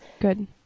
Good